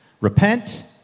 Repent